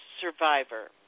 survivor